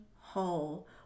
whole